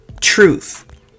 truth